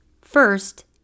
First